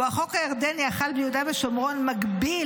שבו החוק הירדני החל ביהודה ושומרון מגביל